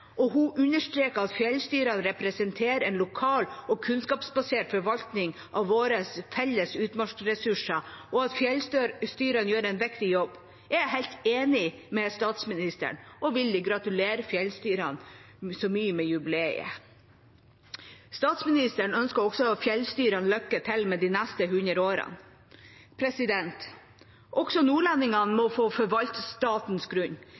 Hun understreket at fjellstyrene representerer en lokal og kunnskapsbasert forvaltning av våre felles utmarksressurser, og at fjellstyrene gjør en viktig jobb. Jeg er helt enig med statsministeren og vil gratulere fjellstyrene så mye med jubileet. Statsministeren ønsket også fjellstyrene lykke til med de neste 100 årene. Også nordlendingene må få forvalte statens grunn.